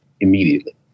immediately